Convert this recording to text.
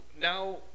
now